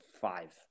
five